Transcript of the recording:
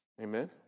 Amen